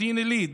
במודיעין עילית,